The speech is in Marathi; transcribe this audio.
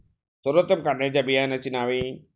सर्वोत्तम कांद्यांच्या बियाण्यांची नावे?